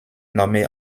nommée